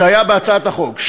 שהיו בהצעת החוק.